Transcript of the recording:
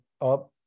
up